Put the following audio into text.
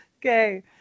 Okay